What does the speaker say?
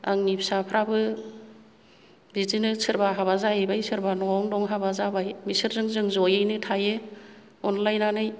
आंनि फिसाफ्राबो बिदिनो सोरबा हाबा जाहैबाय सोरबा न'आवनो दं हाबा जाबाय बिसोरजों जों जयैनो थायो अनलायनानै